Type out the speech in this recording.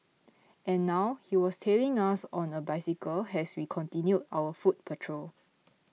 and now he was tailing us on a bicycle as we continued our foot patrol